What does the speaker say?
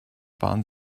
waren